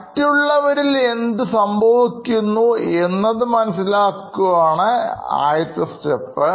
മറ്റുള്ളവരിൽ എന്തു സംഭവിക്കുന്നു എന്നത് മനസ്സിലാക്കുന്നതാണ്ആദ്യത്തെ സ്റ്റെപ്പ്